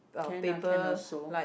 can lah can also